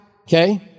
okay